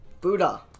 Buddha